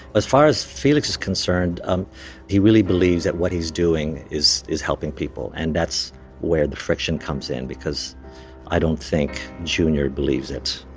as far as felix is concerned um he really believes that what he's doing is is helping people and that's where the friction comes in because i don't think junior believes it.